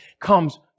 comes